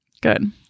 Good